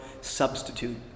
substitute